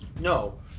No